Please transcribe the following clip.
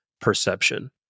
perception